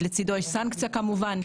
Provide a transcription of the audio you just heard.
לצידו יש סנקציה כמובן.